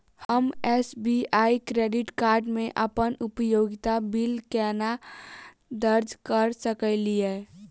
हम SBI credit card मे अप्पन उपयोगिता बिल केना दर्ज करऽ सकलिये?